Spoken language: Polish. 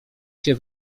się